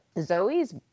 Zoe's